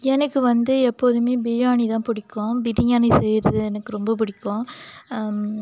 எனக்கு வந்து எப்போதுமே பிரியாணிதான் பிடிக்கும் பிரியாணி செய்கிறது எனக்கு ரொம்ப பிடிக்கும்